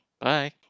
Bye